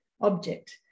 object